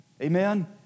Amen